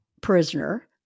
prisoner